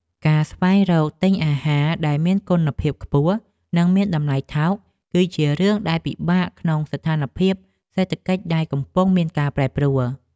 ការស្វែងរកទិញអាហារដែលមានគុណភាពខ្ពស់ និងមានតម្លៃថោកគឺជារឿងដែលពិបាកនៅក្នុងស្ថានភាពសេដ្ឋកិច្ចដែលកំពុងមានការប្រែប្រួល។